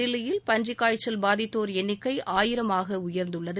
தில்லியில் பன்றிக்காய்ச்சல் பாதித்தோர் எண்ணிக்கை ஆயிரமாக உயர்ந்துள்ளது